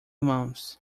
months